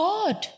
God